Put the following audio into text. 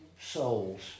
souls